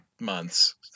months